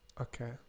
okay